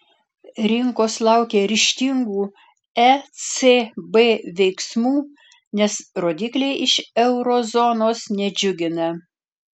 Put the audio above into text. rinkos laukia ryžtingų ecb veiksmų nes rodikliai iš euro zonos nedžiugina